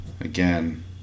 Again